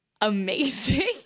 amazing